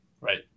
Right